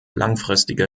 langfristige